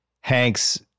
Hanks